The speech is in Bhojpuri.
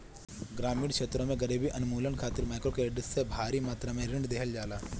ग्रामीण क्षेत्र में गरीबी उन्मूलन खातिर माइक्रोक्रेडिट से भारी मात्रा में ऋण देहल जाला